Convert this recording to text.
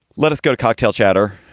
let us go to cocktail chatter